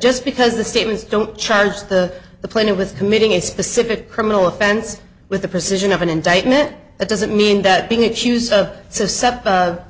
just because the statements don't charge the the player with committing a specific criminal offense with the precision of an indictment it doesn't mean that being accused of sept